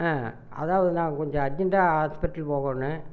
ஆ அதாவது நான் கொஞ்சம் அர்ஜன்ட்டாக ஹாஸ்பிட்டல் போகணும்